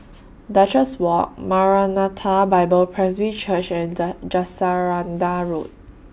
Duchess Walk Maranatha Bible Presby Church and Jacaranda Road